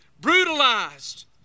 brutalized